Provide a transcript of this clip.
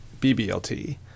BBLT